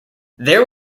there